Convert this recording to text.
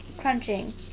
Crunching